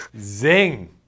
Zing